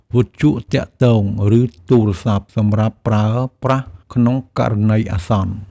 វិទ្យុទាក់ទង ឬទូរស័ព្ទសម្រាប់ប្រើប្រាស់ក្នុងករណីអាសន្ន។